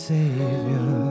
Savior